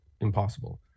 impossible